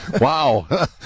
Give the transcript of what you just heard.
Wow